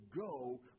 go